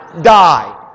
die